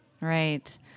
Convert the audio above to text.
Right